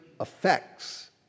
effects